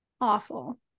Awful